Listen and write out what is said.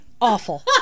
awful